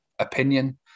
opinion